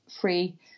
free